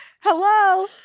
Hello